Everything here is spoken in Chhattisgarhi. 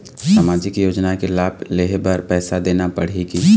सामाजिक योजना के लाभ लेहे बर पैसा देना पड़ही की?